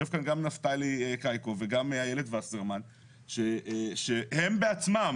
יושב כאן גם נפתלי קאייקוב ויושבת גם איילת וסרמן שהם בעצמם